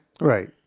Right